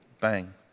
Bang